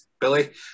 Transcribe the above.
Billy